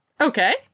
Okay